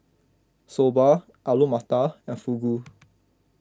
Soba Alu Matar and Fugu